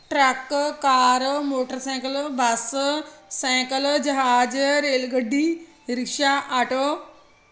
truck car motorcycle bus cycle ਜਹਾਜ rail ਗੱਡੀ rickshaw auto